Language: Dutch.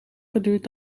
geduurd